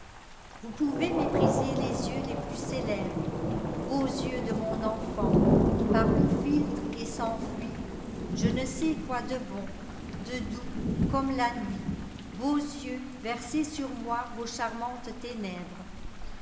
vous pouvez mépriser les yeux les plus célèbres beaux yeux de mon enfant par où gltre et s'enfuitje ne sais quoi de bon de doux comme la nuitibeaux yeux versez sur moi vos charmantes ténèbresi